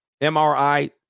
MRI